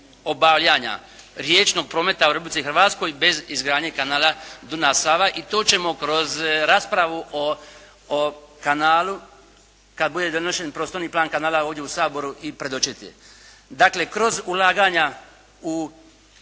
obavljanja riječnog prometa u Republici Hrvatskoj bez izgradnje kanala Dunav-Sava i to ćemo kroz raspravu o kanalu, kada bude donošen prostorni plan kanala ovdje u Saboru i predočiti. Dakle, kroz ulaganja u